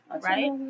Right